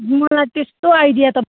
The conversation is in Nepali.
मलाई त्यस्तो आइडिया त